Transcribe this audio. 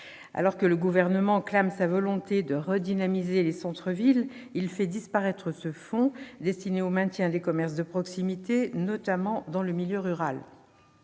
Alors que le Gouvernement clame sa volonté de redynamiser les centres-villes, il fait disparaître ce fonds destiné au maintien des commerces de proximité, notamment en milieu rural.